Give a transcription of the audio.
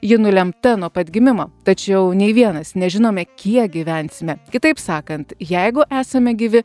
ji nulemta nuo pat gimimo tačiau nei vienas nežinome kiek gyvensime kitaip sakant jeigu esame gyvi